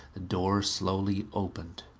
the door slowly opened.